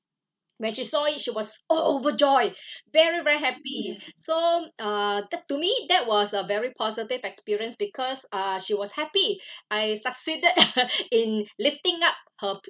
when she saw it she was all overjoyed very very happy so uh that to me that was a very positive experience because uh she was happy I succeeded in lifting up her